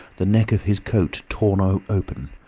the neck of his coat torn ah open,